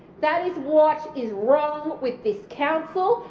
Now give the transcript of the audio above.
that is what is wrong with this council.